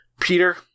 Peter